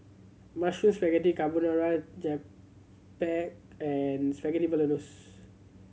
Mushroom Spaghetti Carbonara Japchae and Spaghetti Bolognese